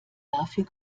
dafür